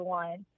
one